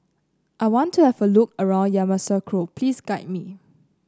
I want to have a look around Yamoussoukro please guide me